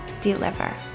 deliver